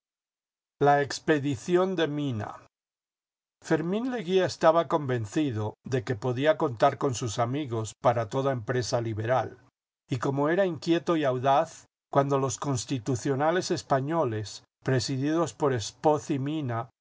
la expedición de mina fermín leguía estaba convencido de que podía contar con sus amigos para toda empresa liberal y como era inquieto y audaz cuando los constitucionales españoles presididos por espoz y mina